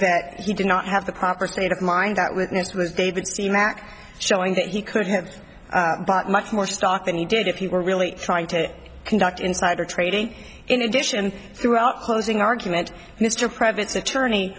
that he did not have the proper state of mind that witness was david's t mac showing that he could have bought much more stock than he did if you were really trying to conduct insider trading in addition throughout closing argument mr privates attorney